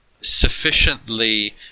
sufficiently